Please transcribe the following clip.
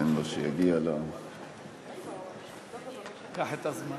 תן לו שיגיע קח את הזמן.